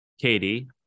katie